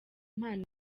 impano